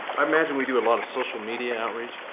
i imagine we do a lot of social media outreach?